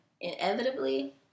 inevitably